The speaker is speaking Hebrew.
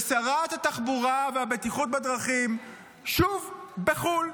ושרת התחבורה והבטיחות בדרכים שוב בחו"ל.